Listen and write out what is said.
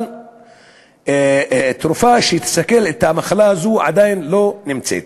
אבל תרופה שתסכל את המחלה הזאת עדיין לא נמצאה.